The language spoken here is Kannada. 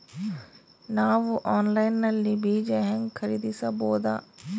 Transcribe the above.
ನಾವು ಆನ್ಲೈನ್ ನಲ್ಲಿ ಬೀಜ ಹೆಂಗ ಖರೀದಿಸಬೋದ?